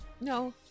No